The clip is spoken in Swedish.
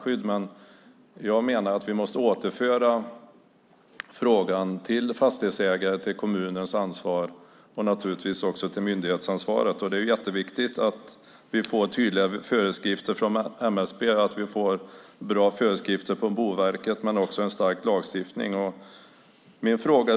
Jag menar dock att vi måste återföra frågan till fastighetsägare, kommunens ansvar och naturligtvis också myndighetsansvaret. Det är jätteviktigt att vi får tydliga föreskrifter från MSB, bra föreskrifter från Boverket och också en stark lagstiftning.